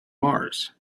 mars